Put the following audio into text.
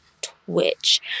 Twitch